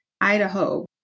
Idaho